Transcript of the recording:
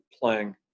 playing